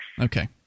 Okay